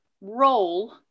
role